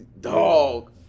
Dog